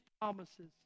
promises